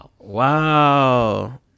Wow